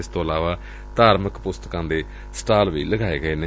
ਇਸ ਤੋਂ ਇਲਾਵਾ ਧਾਰਮਿਕ ਪੁਸਤਕਾਂ ਦੇ ਸਟਾਲ ਵੀ ਲਗਾਏ ਗਏ ਨੇ